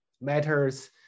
matters